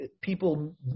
People